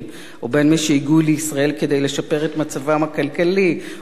או בין מי שהגיעו לישראל כדי לשפר את מצבם הכלכלי או נשים